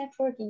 networking